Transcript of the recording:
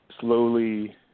slowly